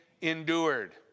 endured